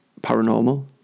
paranormal